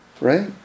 right